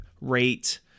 rate